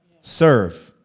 Serve